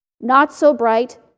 not-so-bright